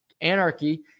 anarchy